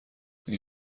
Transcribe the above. این